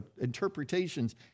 interpretations